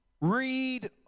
read